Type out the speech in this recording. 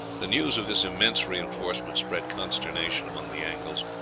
the news of this immense reinforcement spread consternation among the angles.